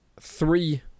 three